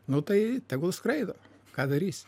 nu tai tegul skraido ką darysi